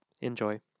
Enjoy